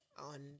on